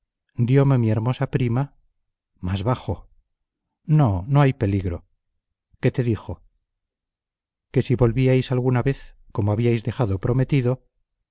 diome mi hermosa prima más bajo no no hay peligro qué te dijo que si volvíais alguna vez como habíais dejado prometido